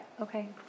Okay